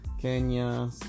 kenya